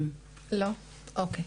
לא, אוקי.